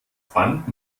band